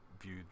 viewed